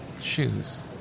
Shoes